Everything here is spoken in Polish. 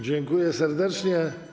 Dziękuję serdecznie.